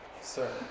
sir